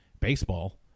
baseball